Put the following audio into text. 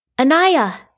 Anaya